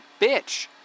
bitch